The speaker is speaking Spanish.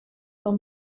con